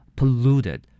?polluted